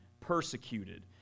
persecuted